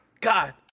God